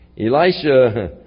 Elisha